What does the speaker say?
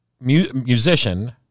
musician